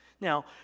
Now